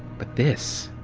but this?